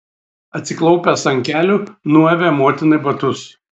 atsiklaupęs ant kelių nuavė motinai batus